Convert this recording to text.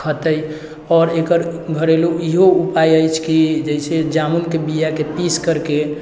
खतैय आओर एकर घरेलू ईहो उपाय अछि की जैसे जामुनके बियाके पीस करके